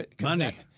Money